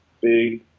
big